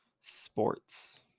Sports